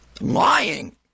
lying